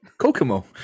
Kokomo